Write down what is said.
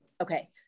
okay